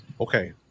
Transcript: Okay